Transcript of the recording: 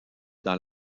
dans